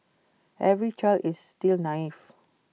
every child is still naive